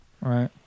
Right